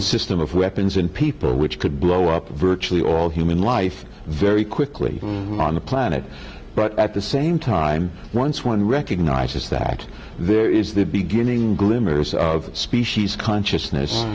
the system of weapons and people which could blow up virtually all human life very quick on the planet but at the same time once one recognizes that there is the beginning glimmers of species consciousness